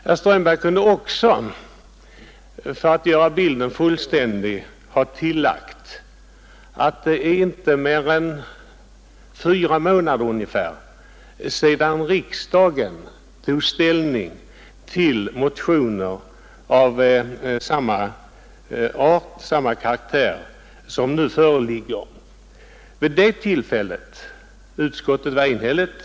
Herr Strömberg kunde också, för att göra bilden fullständig, ha tillagt att det inte är mer än fyra månader sedan riksdagen tog ställning till motioner av samma karaktär som de nu föreliggande. Utskottet var enhälligt.